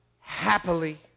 happily